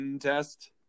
test